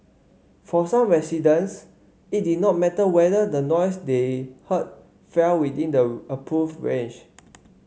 for some residents it did not matter whether the noise they heard fell within the approved range